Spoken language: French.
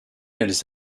elles